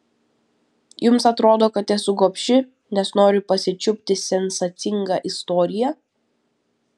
jums atrodo kad esu gobši nes noriu pasičiupti sensacingą istoriją